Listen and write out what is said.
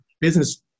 business